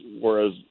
whereas